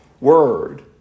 word